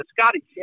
Scotty